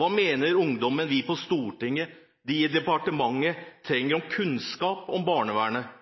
Hva mener ungdommen at vi på Stortinget og de i departementet trenger av kunnskap om barnevernet?